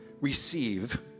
receive